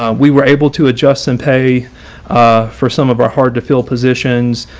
um we were able to adjust and pay for some of our hard to fill positions,